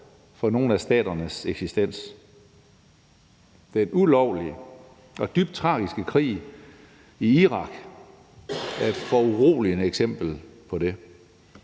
for nogle af staternes eksistens. Den ulovlige og dybt tragiske krig i Irak er et foruroligende eksempel på det.